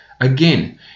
Again